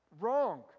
wrong